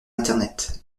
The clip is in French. internet